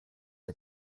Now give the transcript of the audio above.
are